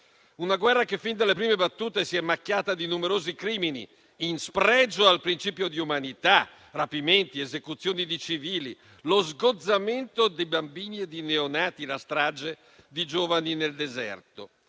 una guerra che, fin dalle prime battute, si è macchiata di numerosi crimini, in spregio al principio di umanità: rapimenti, esecuzioni di civili, sgozzamento di bambini e di neonati, una strage di giovani nel deserto.